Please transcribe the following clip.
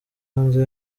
hanze